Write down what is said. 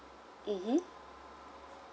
mmhmm